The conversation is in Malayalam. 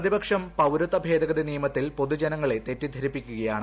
പ്രതിപക്ഷം പൌരത്വ ഭേദഗതി നിയമത്തിൽ പൊതുജനങ്ങളെ തെറ്റിദ്ധരിപ്പിക്കുകയാണ്